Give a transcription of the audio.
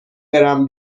برم